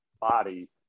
body